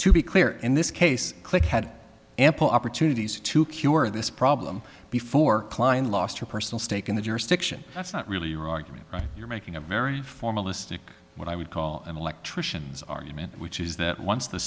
to be clear in this case click had ample opportunities to cure this problem before klein lost her personal stake in the jurisdiction that's not really your argument you're making a very formalistic what i would call an electrician's argument which is that once the